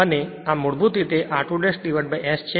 અને આ મૂળભૂત રીતે r2S છે